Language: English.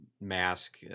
mask